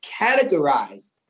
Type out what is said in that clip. categorized